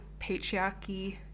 patriarchy